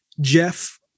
Jeff